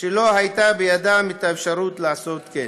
שלא הייתה אפשרות לעשות כן.